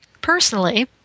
Personally